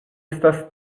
estas